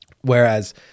Whereas